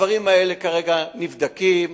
הדברים האלה כרגע נבדקים,